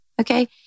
okay